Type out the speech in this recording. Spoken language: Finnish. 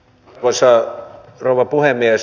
arvoisa rouva puhemies